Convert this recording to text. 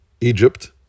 Egypt